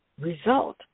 result